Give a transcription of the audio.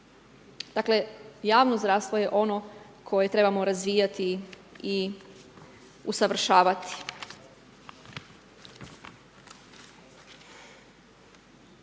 Dakle, javno zdravstvo je ono koje trebamo razvijati i usavršavati.